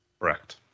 Correct